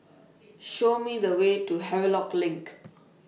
Show Me The Way to Havelock LINK